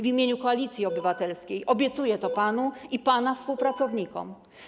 W imieniu Koalicji Obywatelskiej obiecuję to panu i pana współpracownikom.